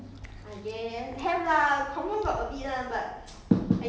orh okay so there's improvement